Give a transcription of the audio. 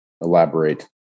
Elaborate